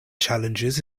challenges